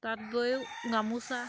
তাঁত বৈয়ো গামোচা